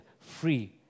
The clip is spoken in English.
free